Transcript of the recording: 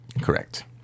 Correct